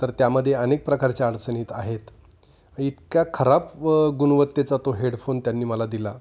तर त्यामध्ये अनेक प्रकारच्या अडचणीत आहेत इतक्या खराब गुणवत्तेचा तो हेडफोन त्यांनी मला दिला